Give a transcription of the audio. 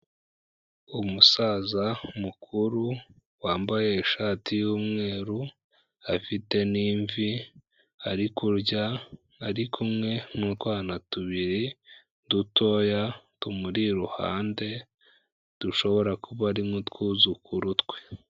Umusaza mukuru wambaye ishati y'umweru afite n'imvi, ari kurya, ari kumwe n'utwana tubiri dutoya tumuri iruhande, dushobora kuba ari nk'utwuzukuru twe.